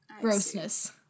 grossness